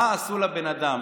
מה עשו לבן אדם.